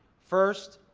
first,